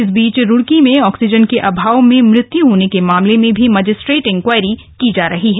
इस बीच रुड़की में ऑक्सीजन के अभाव में मृत्यु के मामले भी मजिस्ट्रेट इन्क्वारी की जा रही है